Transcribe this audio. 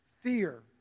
fear